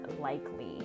likely